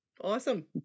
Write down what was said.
Awesome